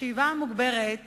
השאיבה המוגברת